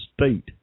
state